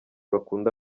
bakunda